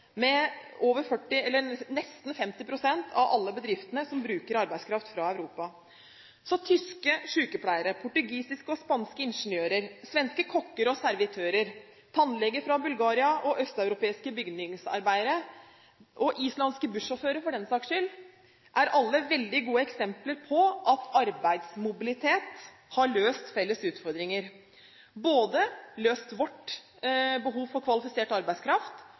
med nesten 50 pst. av alle bedriftene som bruker arbeidskraft fra Europa. Tyske sykepleiere, portugisiske og spanske ingeniører, svenske kokker og servitører, tannleger fra Bulgaria, østeuropeiske bygningsarbeidere – og islandske bussjåfører, for den saks skyld – er alle veldig gode eksempler på at arbeidsmobilitet har løst felles utfordringer. De har både løst vårt behov for kvalifisert arbeidskraft